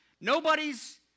Nobody's